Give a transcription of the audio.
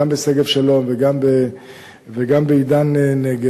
גם בשגב-שלום וגם "עידן נגב",